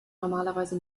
normalerweise